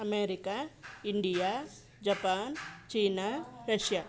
America India Japan China Russia